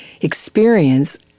experience